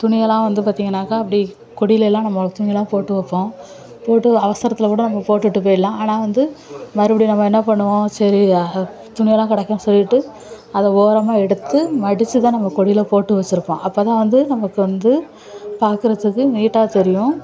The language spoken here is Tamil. துணியெல்லாம் வந்து பார்த்திங்கனாக்க அப்படி கொடியெலெல்லாம் நம்மளோடய துணியெல்லாம் போட்டு வைப்போம் போட்டு அவசரத்தில் கூட நம்ம போட்டுட்டு போயிடலாம் ஆனால் வந்து மறுபடியும் நம்ம என்ன பண்ணுவோம் சரி துணியெல்லாம் கடக்கேனு சொல்லிவிட்டு அதை ஓரமாக எடுத்து மடிச்சு தான் நம்ம கொடியில் போட்டு வச்சுருப்போம் அப்போ தான் வந்து நமக்கு வந்து பார்க்குறதுக்கு நீட்டாக தெரியும்